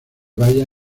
valla